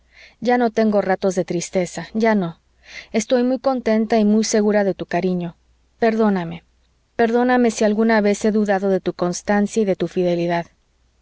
ya no tengo ratos de tristeza ya no estoy muy contenta y muy segura de tu cariño perdóname perdóname si alguna vez he dudado de tu constancia y de tu fidelidad